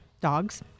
dogs